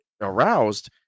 aroused